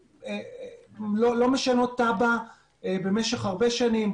עיריות לא משנות תב"ע במשך הרבה שנים.